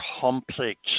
complex